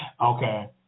Okay